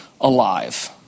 alive